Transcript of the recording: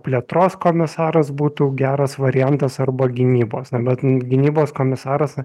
plėtros komisaras būtų geras variantas arba gynybos na bet gynybos komisaras